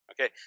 Okay